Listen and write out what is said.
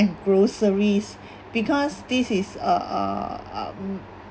groceries because this is uh ugh